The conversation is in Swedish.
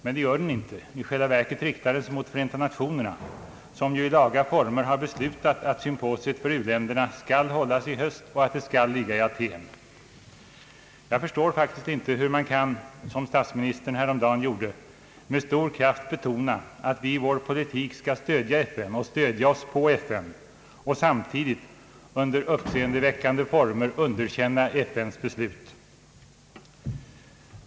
Men så är det inte — i själva verket riktar den sig mot FN, som i laga former har beslutat att symposiet för u-ländernas industrifrågor skall hållas i höst och vara förlagt till Athén. Jag förstår faktiskt inte hur man kan, som statsministern häromdagen gjorde, med stor kraft betona att vi i vår politik skall stödja FN och stödja oss på FN men samtidigt i uppseendeväckande former underkänna av FN fattade beslut.